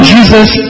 Jesus